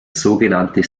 sogenannte